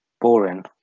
boring